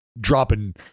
dropping